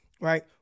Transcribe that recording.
right